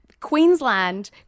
Queensland